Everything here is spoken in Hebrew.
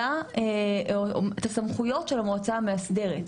את הסמכויות של המועצה המאסדרת.